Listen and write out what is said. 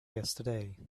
yesterday